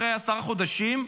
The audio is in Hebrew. אחרי עשרה חודשים,